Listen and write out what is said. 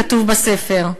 כתוב בספר,